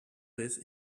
this